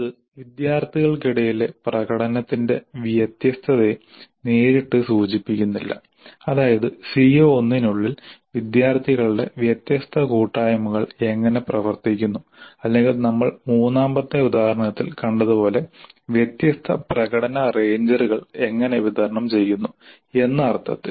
ഇത് വിദ്യാർത്ഥികൾക്കിടയിലെ പ്രകടനത്തിന്റെ വ്യത്യസ്തതയെ നേരിട്ട് സൂചിപ്പിക്കുന്നില്ല അതായത് CO1 നുള്ളിൽ വിദ്യാർത്ഥികളുടെ വ്യത്യസ്ത കൂട്ടായ്മകൾ എങ്ങനെ പ്രവർത്തിക്കുന്നു അല്ലെങ്കിൽ നമ്മൾ മൂന്നാമത്തെ ഉദാഹരണത്തിൽ കണ്ടതുപോലെ വ്യത്യസ്ത പ്രകടന റേഞ്ചറുകൾ എങ്ങനെ വിതരണം ചെയ്യുന്നു എന്ന അർത്ഥത്തിൽ